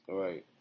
right